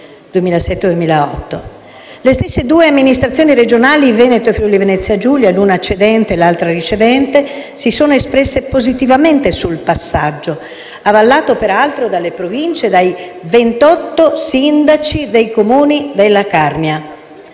Giulia. Le stesse due Amministrazioni regionali, Veneto e Friuli-Venezia Giulia, l'una cedente e l'altra ricevente, si sono espresse positivamente sul passaggio, avallato peraltro dalle Province e dai 28 sindaci dei Comuni della Carnia.